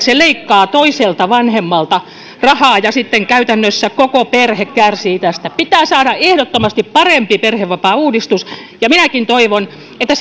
se leikkaa toiselta vanhemmalta rahaa ja sitten käytännössä koko perhe kärsii tästä pitää saada ehdottomasti parempi perhevapaauudistus minäkin toivon että